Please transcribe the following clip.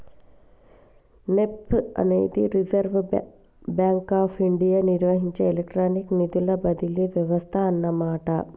NEFT అనేది Reserve Bank of India నిర్వహించే electronic నిధుల బదిలీ వ్యవస్థ అన్నమాట